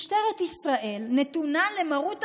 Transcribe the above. משטרת ישראל נתונה למרות הממשלה,